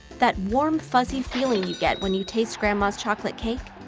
that warm, fuzzy feeling you get when you taste grandma's chocolate cake?